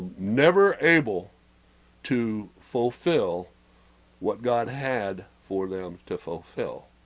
never able to fulfill what god had for them to fulfill,